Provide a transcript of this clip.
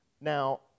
Now